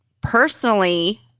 personally